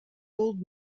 old